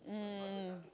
mm